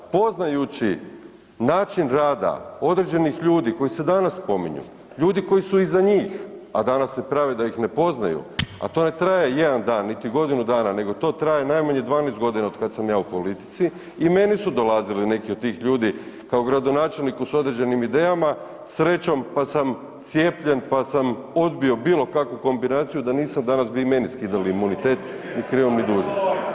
Poznajući način rada određenih ljudi koji se danas spominju, ljudi koji su iza njih, a danas se prave da ih ne poznaju, a to ne traje jedan dan, niti godinu dana, nego to traje najmanje 12.g. otkad sam ja u politici i meni su dolazili neki od tih ljudi kao gradonačelniku s određenim idejama, srećom pa sam cijepljen, pa sam odbio bilo kakvu kombinaciju, da nisam danas bi i meni skidali imunitet ni krivom ni dužnom.